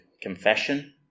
confession